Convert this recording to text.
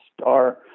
star